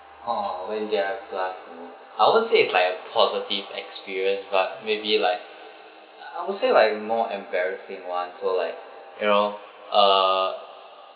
ha when do you have like mm I won't say it's like a positive experience but maybe like I I would say like more embarrassing [one] for like you know uh